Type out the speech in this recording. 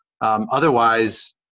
otherwise